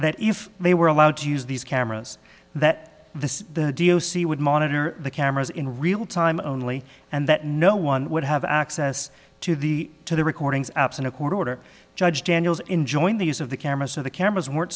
that if they were allowed to use these cameras that the sea would monitor the cameras in real time only and that no one would have access to the to the recordings absent a court order judge daniels enjoying the use of the cameras so the cameras weren't